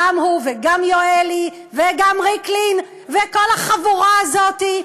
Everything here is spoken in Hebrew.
גם הוא וגם יואלי וגם ריקלין וכל החבורה הזאת,